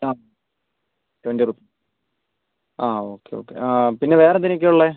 ആ രണ്ടിനും ആ ഓക്കെ ഓക്കെ പിന്നെ വേറെന്തിനൊക്കെയാണ് ഉള്ളത്